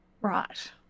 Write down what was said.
Right